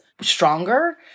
stronger